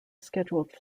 scheduled